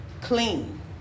Clean